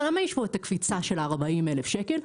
למה יש פה קפיצה של 40,000 שקל?